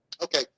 Okay